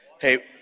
Hey